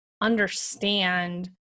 understand